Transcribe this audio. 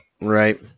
Right